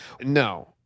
No